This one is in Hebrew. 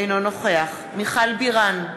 אינו נוכח מיכל בירן,